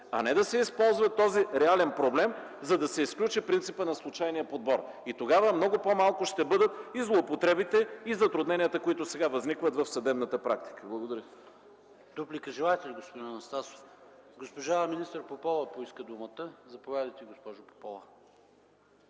а не да се използва този реален проблем, за да се изключи принципът на случайния подбор. Тогава много по-малко ще бъдат и злоупотребите, и затрудненията, които сега възникват в съдебната практика. Благодаря. ПРЕДСЕДАТЕЛ ПАВЕЛ ШОПОВ: Дуплика желаете ли, господин Анастасов? Не. Министър Попова поиска думата. Заповядайте, госпожо Попова.